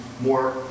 more